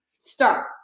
start